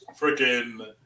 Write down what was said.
Freaking